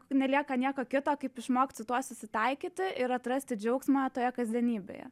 nelieka nieko kito kaip išmokt su tuo susitaikyti ir atrasti džiaugsmą toje kasdienybėje